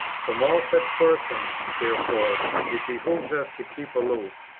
from all such persons, therefore, it behoves us to keep aloof,